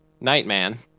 Nightman